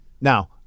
Now